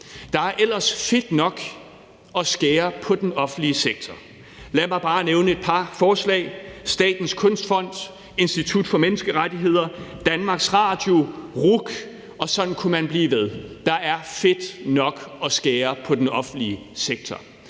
Der er ellers fedt nok at skære på i den offentlige sektor. Lad mig bare nævne et par forslag: Statens Kunstfond, Institut for Menneskerettigheder, DR, RUC, og sådan kunne man blive ved. Der er fedt nok at skære på i den offentlige sektor.